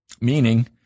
Meaning